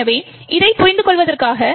எனவே இதைப் புரிந்து கொள்வதற்காக